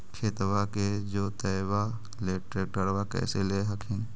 खेतबा के जोतयबा ले ट्रैक्टरबा कैसे ले हखिन?